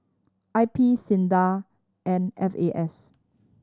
I P SINDA and F A S